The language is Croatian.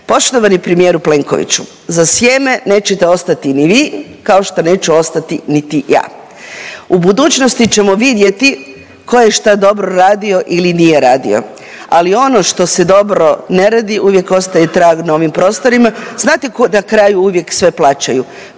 Poštovani premijeru Plenkoviću, za sjeme nećete ostati ni vi, kao što neću ostati niti ja. U budućnosti ćemo vidjeti ko je šta dobro radio ili nije radio, ali ono što se dobro ne radi uvijek ostaje trag na ovim prostorima, znate ko, na kraju uvijek sve plaćaju,